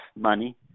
money